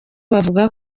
bavuga